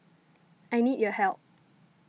I need your help